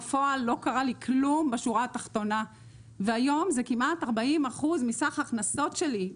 בפועל לא קרה לי כלום בשורה התחתונה והיום זה כמעט 40% מסך ההכנסות שלי.